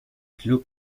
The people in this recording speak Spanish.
club